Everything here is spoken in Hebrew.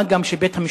מה גם שבית-המשפט